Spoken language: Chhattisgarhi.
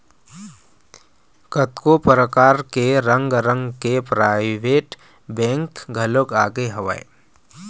कतको परकार के रंग रंग के पराइवेंट बेंक घलोक आगे हवय